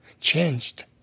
changed